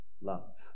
love